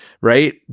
right